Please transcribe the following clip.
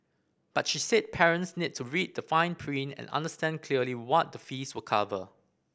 but she said parents need to read the fine print and understand clearly what the fees will cover